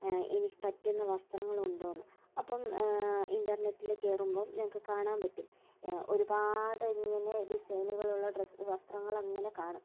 എനിക്ക് പറ്റുന്ന വസ്ത്രങ്ങളുണ്ടോന്ന് അപ്പം ഇൻ്റർനെറ്റിൽ കയറുമ്പോൾ ഞങ്ങൾക്ക് കാണാൻ പറ്റും ഒരുപാടിങ്ങനെ ഡിസൈനുകളുള്ള ഡ്രസ്സ് വസ്ത്രങ്ങളങ്ങനെ കാണും